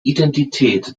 identität